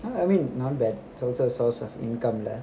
I mean not bad is also a source of income lah